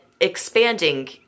expanding